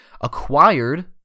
acquired